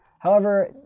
however,